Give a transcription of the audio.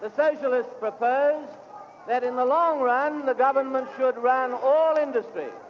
the socialists propose that in the long run the government should run all industry,